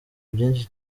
byinshi